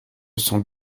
cent